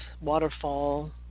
waterfall